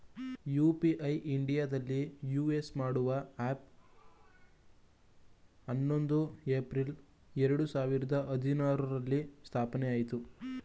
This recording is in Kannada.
ಯು.ಪಿ.ಐ ಇಂಡಿಯಾದಲ್ಲಿ ಯೂಸ್ ಮಾಡುವ ಹ್ಯಾಪ್ ಹನ್ನೊಂದು ಏಪ್ರಿಲ್ ಎರಡು ಸಾವಿರದ ಹದಿನಾರುರಲ್ಲಿ ಸ್ಥಾಪನೆಆಯಿತು